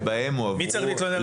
מי צריך להתלונן במשטרה?